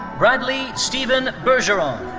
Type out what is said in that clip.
bradley stephen bergeron.